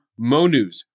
MoNews